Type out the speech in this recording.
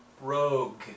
Rogue